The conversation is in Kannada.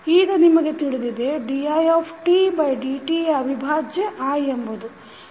ಈಗ ನಿಮಗೆ ತಿಳಿದಿದೆ didt ಯ ಅವಿಭಾಜ್ಯ i ಎಂಬುದು